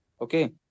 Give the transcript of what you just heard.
okay